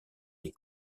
des